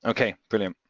okay, brilliant.